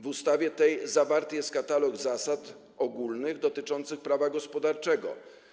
W ustawie tej zawarty jest katalog zasad ogólnych dotyczących prawa gospodarczego.